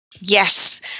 Yes